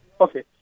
Okay